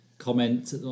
comment